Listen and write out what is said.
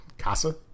Casa